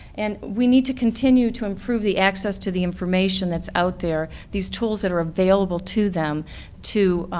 and we need to continue to improve the access to the information that's out there. these tools that are available to them to,